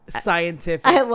Scientific